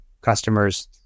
customers